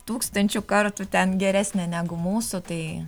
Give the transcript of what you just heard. tūkstančiu kartų ten geresnė negu mūsų tai